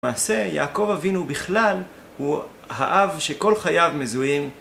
למעשה יעקב אבינו בכלל, הוא האב שכל חייו מזוהים